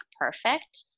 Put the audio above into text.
perfect